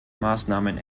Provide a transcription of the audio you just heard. maßnahmen